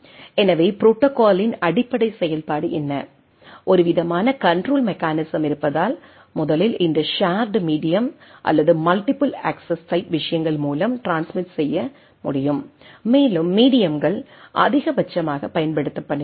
எனவே ப்ரோடோகாலின் அடிப்படை செயல்பாடு என்ன ஒருவிதமான கண்ட்ரோல் மெக்கானிசம் இருப்பதால் முதலில் இந்த ஷேர்டு மீடியம் அல்லது மல்டிஃபில் அக்சஸ் டைப் விஷயங்கள் மூலம் ட்ரான்ஸ்மிட் செய்ய முடியும் மேலும் மீடியம்கள் அதிகபட்சமாகப் பயன்படுத்தப்படுகின்றன